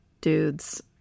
dudes